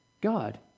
God